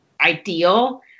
ideal